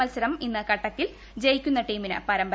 മത്സരം ഇന്ന് കട്ടക്കിൽ ജയിക്കുന്ന ടീമിന് പരമ്പര